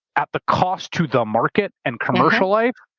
at the cost to the market and commercial life.